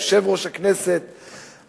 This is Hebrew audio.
יושב-ראש הכנסת,